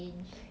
mmhmm